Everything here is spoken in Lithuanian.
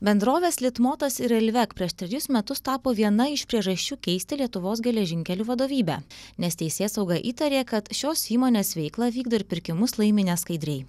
bendrovės litmotas ir railvec prieš trejus metus tapo viena iš priežasčių keisti lietuvos geležinkelių vadovybę nes teisėsauga įtarė kad šios įmonės veiklą vykdo ir pirkimus laimi neskaidriai